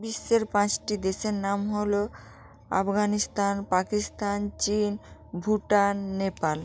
বিশ্বের পাঁচটি দেশের নাম হলো আফগানিস্তান পাকিস্তান চীন ভুটান নেপাল